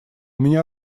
меня